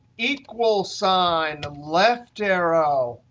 equal sign, left arrow,